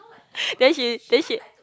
then she then she